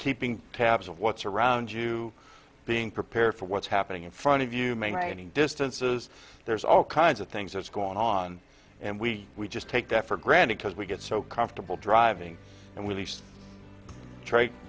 keeping tabs of what's around you being prepared for what's happening in front of you maintaining distances there's all kinds of things that's going on and we we just take that for granted because we get so comfortable driving and we lease tr